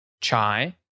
chai